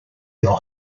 your